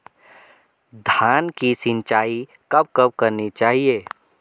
धान की सिंचाईं कब कब करनी चाहिये?